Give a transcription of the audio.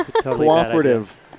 Cooperative